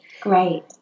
Great